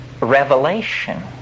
revelation